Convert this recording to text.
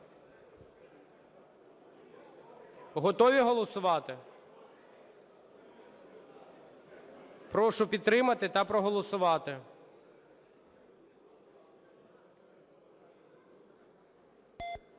Готові голосувати? Прошу підтримати та проголосувати.